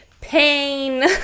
Pain